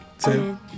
Ten